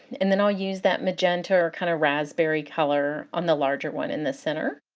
and then i'll use that magenta, or kind of raspberry color on the larger one in the center,